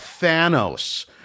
Thanos